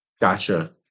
Gotcha